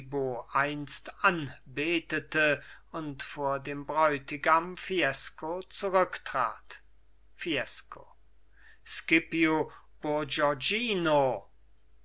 einst anbetete und vor dem bräutigam fiesco zurücktrat fiesco